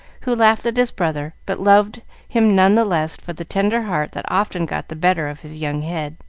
who laughed at his brother, but loved him none the less for the tender heart that often got the better of his young head.